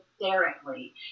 hysterically